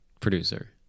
Producer